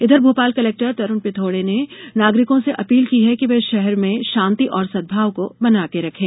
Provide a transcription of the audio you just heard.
इधर भोपाल कलेक्टर तरूण पिथोड़े ने नागरिकों से अपील की है कि वे शहर में शांति और सदभाव को बनाये रखे